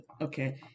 okay